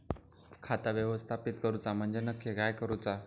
खाता व्यवस्थापित करूचा म्हणजे नक्की काय करूचा?